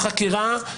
החקירה.